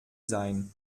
sein